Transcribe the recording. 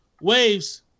Waves